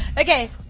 Okay